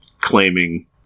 claiming